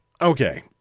Okay